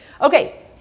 Okay